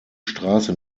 straße